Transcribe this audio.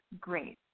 great